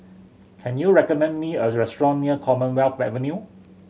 can you recommend me a restaurant near Commonwealth Avenue